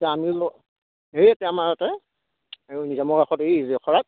এতিয়া আমিও ল সেই এতে আমাৰ এতে এই জামৰ কাষত এই জখৰাইত